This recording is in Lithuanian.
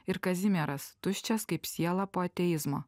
ir kazimieras tuščias kaip siela po ateizmo